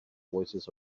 voices